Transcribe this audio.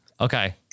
Okay